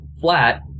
flat